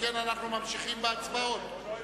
שכן אנחנו ממשיכים בהצבעות.